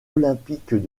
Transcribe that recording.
olympiques